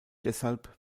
deshalb